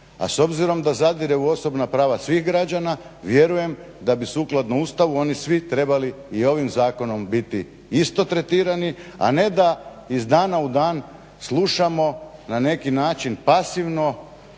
A s obzirom da zadire u osobna prava svih građana vjerujem da bi sukladno Ustavu oni svi trebali i ovim zakonom biti isto tretirani, a ne da iz dana u dan slušamo na neki način pasivno